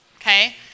Okay